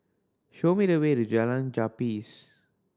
show me the way to Jalan Japis